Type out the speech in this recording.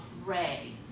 Ray